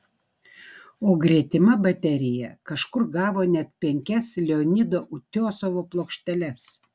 o gretima baterija kažkur gavo net penkias leonido utiosovo plokšteles